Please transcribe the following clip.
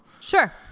sure